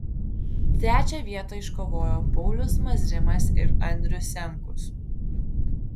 trečią vietą iškovojo paulius mazrimas ir andrius senkus